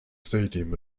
stadium